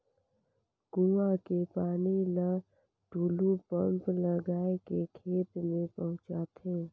कुआं के पानी ल टूलू पंप लगाय के खेत में पहुँचाथे